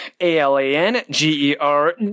A-L-A-N-G-E-R